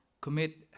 commit